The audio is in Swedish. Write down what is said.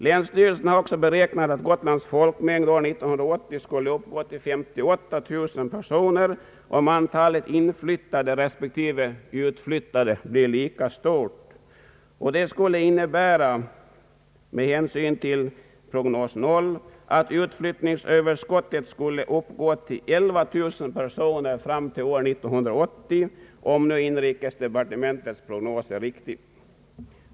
Länsstyrelsen har också beräknat att Gotlands folkmängd år 1980 skall uppgå till 58000 personer om antalet in flyttade respektive utflyttade blir lika stort. Detta skulle med hänsyn till prognos 0 innebära att utflyttningsöverskottet skulle uppgå till 11 000 personer fram till år 1980, om nu inrikesdepartementets prognos är riktig.